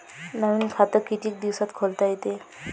नवीन खात कितीक दिसात खोलता येते?